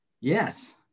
Yes